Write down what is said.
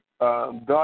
God